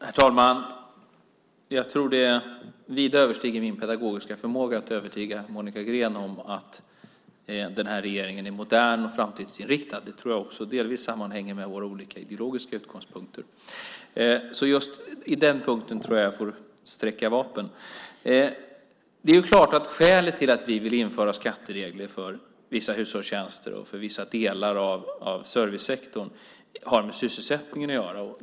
Herr talman! Jag tror att det vida överstiger min pedagogiska förmåga att övertyga Monica Green om att den här regeringen är modern och framtidsinriktad. Det tror jag också delvis sammanhänger med våra olika ideologiska utgångspunkter. Så just på den punkten tror jag att jag får sträcka vapen. Det är klart att skälet till att vi vill införa skatteregler för vissa hushållstjänster och för vissa delar av servicesektorn har med sysselsättningen att göra.